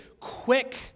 quick